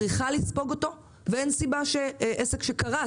צריכה לספוג אותו ואין סיבה שעסק שקרס